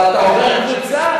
אבל אתה עובר קבוצה,